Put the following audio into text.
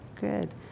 good